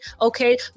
okay